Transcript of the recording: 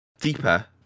deeper